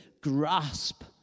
grasp